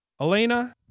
Elena